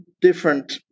different